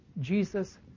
Jesus